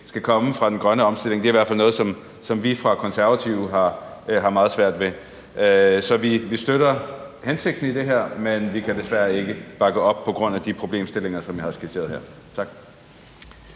skal komme fra den grønne omstilling, så er det i hvert fald noget, som vi fra konservativ side har det meget svært med. Så vi støtter hensigten i det her, men vi kan desværre ikke bakke op på grund af de problemstillinger, som jeg har skitseret. Tak.